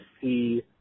see